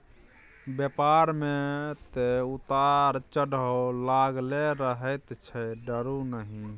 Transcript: बेपार मे तँ उतार चढ़ाव लागलै रहैत छै डरु नहि